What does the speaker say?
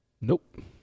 Nope